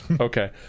Okay